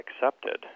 accepted